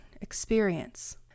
experience